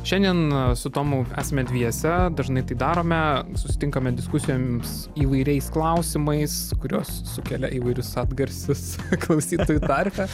šiandien su tomu esame dviese dažnai tai darome susitinkame diskusijoms įvairiais klausimais kuriuos sukelia įvairius atgarsius klausytojų tarpe